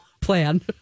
plan